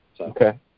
Okay